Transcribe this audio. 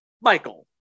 Michael